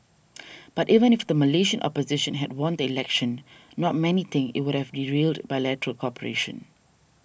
but even if the Malaysian opposition had won the election not many think it would have derailed bilateral cooperation